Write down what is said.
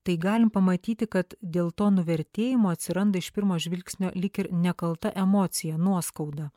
tai galim pamatyti kad dėl to nuvertėjimo atsiranda iš pirmo žvilgsnio lyg ir nekalta emocija nuoskauda